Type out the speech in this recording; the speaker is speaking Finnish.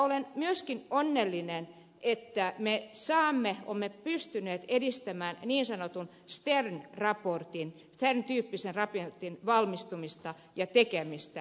olen myöskin onnellinen että me olemme pystyneet edistämään niin sanotun stern raportin tyyppisen raportin valmistumista ja tekemistä